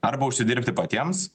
arba užsidirbti patiems